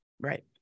right